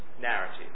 narrative